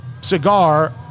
cigar